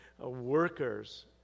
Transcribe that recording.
workers